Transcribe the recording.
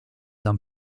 dans